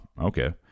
okay